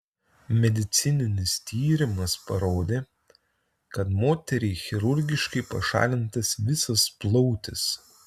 medicininis tyrimas parodė kad moteriai chirurgiškai pašalintas visas plautis